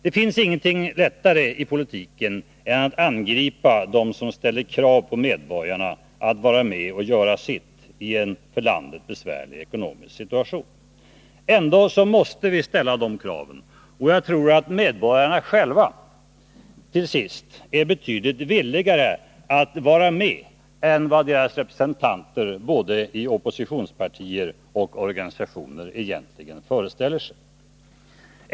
Det finns ingenting lättare i politiken än att angripa dem som ställer krav på medborgarna att vara med och göra sitt i en för landet besvärlig ekonomisk situation. Ändå måste vi ställa de kraven. Och jag tror att medborgarna själva är betydligt villigare att vara med och hjälpa till än vad deras representanter både i oppositionspartier och organisationer egentligen föreställer sig.